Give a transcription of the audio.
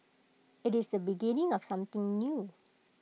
IT is the beginning of something new